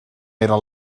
era